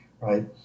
right